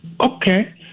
Okay